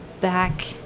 back